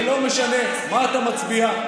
ולא משנה מה אתה מצביע,